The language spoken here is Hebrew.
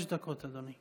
חמש דקות, אדוני.